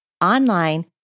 online